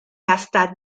hasta